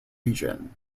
region